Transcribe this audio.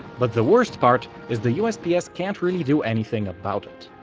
but the worst part is the usps can't really do anything about it.